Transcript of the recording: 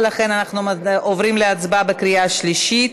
ולכן אנחנו עוברים להצבעה בקריאה שלישית.